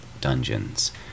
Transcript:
dungeons